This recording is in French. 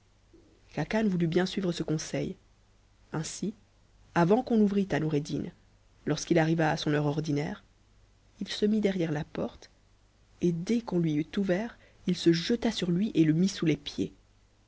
khacan voulut bien suivre ce conseil ainsi avant qu'on ouvrît à xoureddin lorsqu'il arriva à son heure ordinaire il se mit derrière la porte et dès qu'on lui eut ouvert il se jeta sur lui et le mit sous les pieds